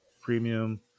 Premium